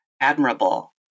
admirable